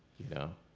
you know?